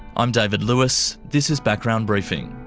i'm david lewis, this is background briefing.